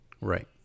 Right